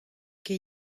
ket